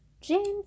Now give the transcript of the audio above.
James